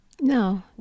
No